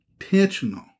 intentional